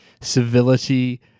civility